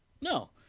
No